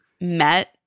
met